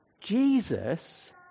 Jesus